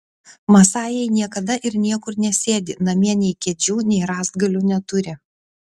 masajai niekada ir niekur nesėdi namie nei kėdžių nei rąstgalių neturi